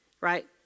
right